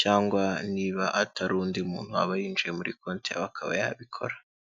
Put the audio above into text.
cyangwa niba atari undi muntu waba yinjiye muri konti akaba yabikora.